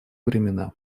времена